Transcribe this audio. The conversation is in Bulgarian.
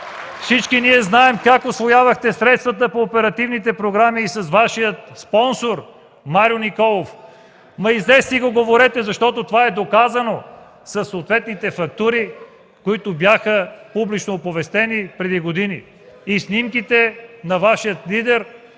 Всички ние знаем как усвоявахте средствата по оперативните програми с Вашия спонсор Марио Николов! Излезте и го говорете – това е доказано със съответните фактури, които бяха публично оповестени преди години. (Реплика от народния